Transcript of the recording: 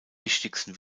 wichtigsten